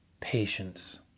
patience